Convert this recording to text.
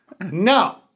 No